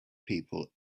people